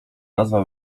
nazwa